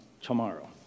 tomorrow